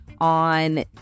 on